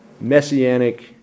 messianic